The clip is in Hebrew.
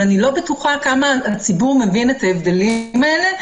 אני לא בטוחה עד כמה הציבור מבין את ההבדלים האלה.